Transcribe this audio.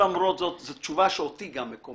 למרות זאת, זו תשובה שאותי גם מקוממת.